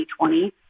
2020